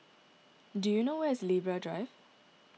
do you know where is Libra Drive